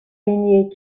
این